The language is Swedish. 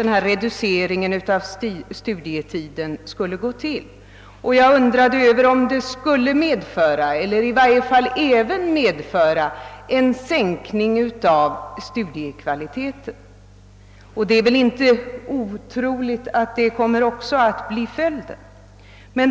denna reducering av studietiden skulle kunna genomföras. Och skulle en sådan förkortning av studietiden medföra en sänkning även av studiekvaliteten? Det är inte otroligt att så skulle kunna bli fallet.